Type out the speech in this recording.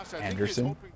Anderson